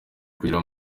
kugira